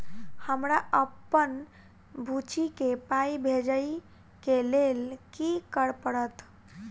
हमरा अप्पन बुची केँ पाई भेजइ केँ लेल की करऽ पड़त?